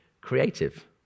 creative